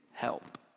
help